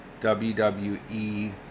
WWE